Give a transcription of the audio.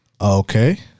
Okay